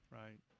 right